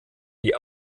die